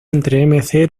entre